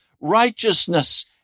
righteousness